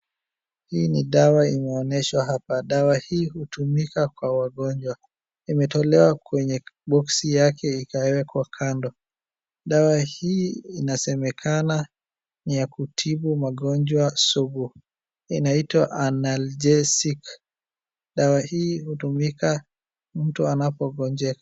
Hii ni dawa inaonyeshwa hapa na dawa hii hutumika kwa wagonjwa. Imetolewa kwenye box yake ikawekwa kando. Sawa hii inasemekana ni ya kutibu magonjwa sugu, inaitwa Analgesic , dawa hii hutumika mtu anapogonjeka.